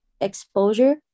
exposure